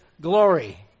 glory